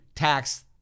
Tax